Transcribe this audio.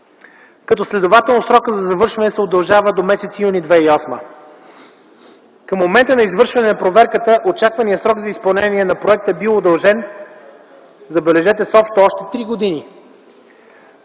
като, следователно, срокът за завършване се удължава до м. юни 2008 г. Към момента на извършване на проверката, очакваният срок за изпълнение на проекта е бил удължен, забележете, с общо още три години.